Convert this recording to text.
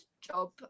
job